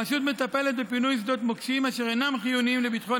הרשות מטפלת בפינוי שדות מוקשים אשר אינם חיוניים לביטחון